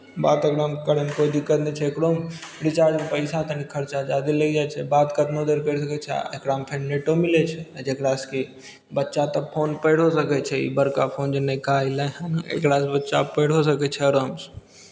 बात एकरामे करयमे कोइ दिक्कत नहि छै एकरोमे रिचार्ज पैसा तनि खर्चा जादा लागि जाइ छै बात कतनो देर करि सकै छियै आ एकरामे फेर नेटो मिलै छै जकरासँ कि बच्चा तऽ फोन पढ़िओ सकै छै ई बड़का फोन जे नयका अयलै हन एकरासँ बच्चा पढ़िओ सकै छै आरामसँ